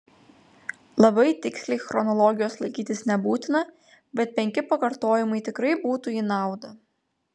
labai tiksliai chronologijos laikytis nebūtina bet penki pakartojimai tikrai būtų į naudą